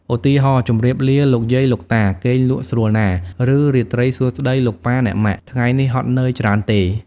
ឧទាហរណ៍ ជម្រាបលាលោកយាយលោកតា! គេងលក់ស្រួលណា៎! ឬ រាត្រីសួស្តីលោកប៉ាអ្នកម៉ាក់! ថ្ងៃនេះហត់នឿយច្រើនទេ?។